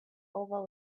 over